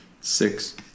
Six